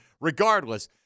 regardless